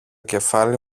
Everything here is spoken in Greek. κεφάλι